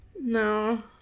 No